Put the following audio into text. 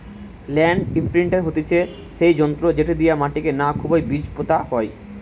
land ইমপ্রিন্টের হতিছে সেই যন্ত্র যেটি দিয়া মাটিকে না খুবই বীজ পোতা হয়